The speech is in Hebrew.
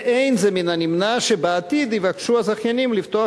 ולא מן הנמנע שבעתיד יבקשו הזכיינים לפתוח